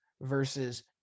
versus